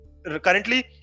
Currently